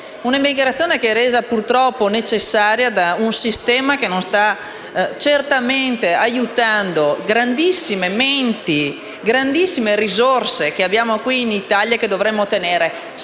di emigrazione, che è resa purtroppo necessaria da un sistema che non sta certamente aiutando le grandissime menti e risorse che abbiamo in Italia e che dovremmo tenere strette.